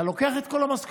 אתה לוקח את כל המשכורת,